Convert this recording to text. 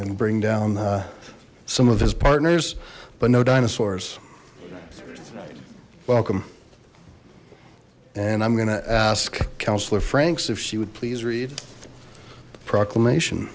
and bring down some of his partners but no dinosaurs welcome and i'm gonna ask councillor frank's if she would please read proclamation